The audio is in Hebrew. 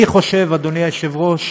אני חושב, אדוני היושב-ראש,